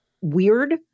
weird